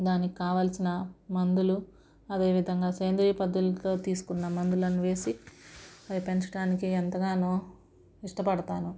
దానికి కావలసిన మందులు అదేవిధంగా సేంద్రియ పద్దతులతో తీసుకున్న మందులను వేసి అవి పెంచడానికి ఎంతగానో ఇష్టపడతాను